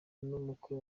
n’umukwe